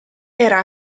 era